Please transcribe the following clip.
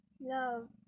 love